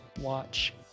watch